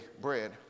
bread